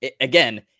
again